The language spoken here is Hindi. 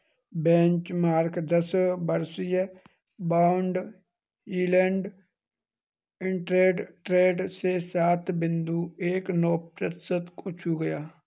बेंचमार्क दस वर्षीय बॉन्ड यील्ड इंट्राडे ट्रेड में सात बिंदु एक नौ प्रतिशत को छू गया